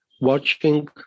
watching